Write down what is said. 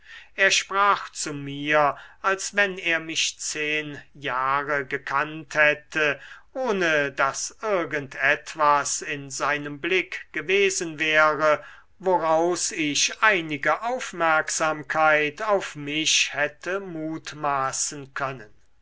er sprach zu mir als wenn er mich zehen jahre gekannt hätte ohne daß irgend etwas in seinem blick gewesen wäre woraus ich einige aufmerksamkeit auf mich hätte mutmaßen können